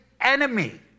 enemy